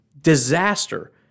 disaster